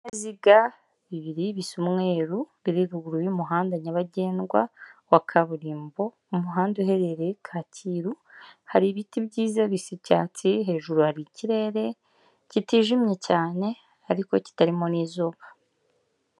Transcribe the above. ibinyabiziga bibiri bisa umweru biri ruguru y'umuhanda nyabagendwa wa kaburimbo, umuhanda uherereye Kacyiru, hari ibiti byiza bisa icyatsi, hejuru hari ikirere kitijimye cyane ariko kitarimo n'izuba.